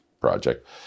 project